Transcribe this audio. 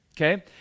okay